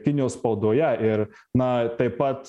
kinijos spaudoje ir na taip pat